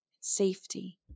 safety